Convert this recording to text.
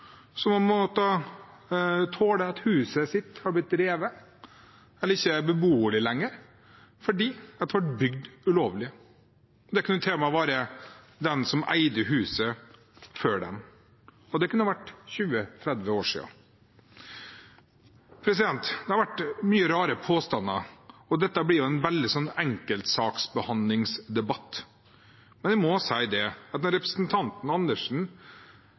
så er det ingen foreldelsesfrist. Det er familier i Norge som har måttet tåle at huset har blitt revet eller ikke regnet som beboelig lenger, fordi det ble bygd ulovlig. Det kan til og med være gjort av dem som eide huset før dem, og det kan være 20–30 år siden. Det har vært mange rare påstander, og dette blir en debatt om behandling av enkeltsak. Men jeg må si til representanten